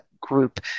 group